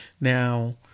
Now